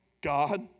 God